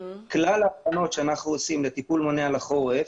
כלל ההכנות שאנחנו עושים כטיפול מונע לחורף